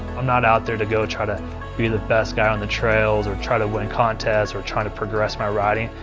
i'm not out there to go try to be the best guy on the trails, or try to win contests, or try to progress my riding.